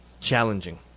challenging